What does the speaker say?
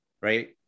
Right